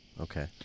Okay